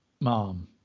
mom